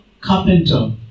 carpenter